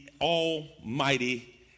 almighty